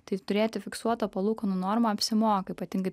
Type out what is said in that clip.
tai turėti fiksuotą palūkanų normą apsimoka ypatingai